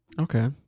okay